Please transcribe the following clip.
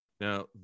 Now